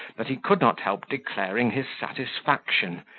that he could not help declaring his satisfaction,